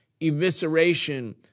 evisceration